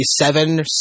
seven